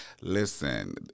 listen